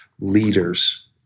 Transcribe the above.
leaders